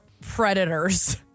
Predators